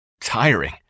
tiring